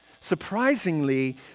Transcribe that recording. surprisingly